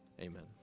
Amen